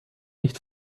nicht